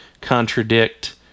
contradict